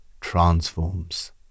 transforms